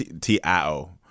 T-I-O